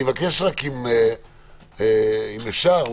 אם אפשר,